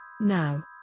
Now